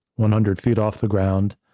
one hundred feet off the ground,